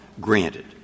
granted